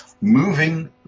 moving